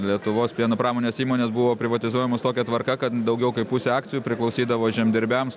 lietuvos pieno pramonės įmonės buvo privatizuojamos tokia tvarka kad daugiau kaip pusė akcijų priklausydavo žemdirbiams